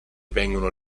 vengono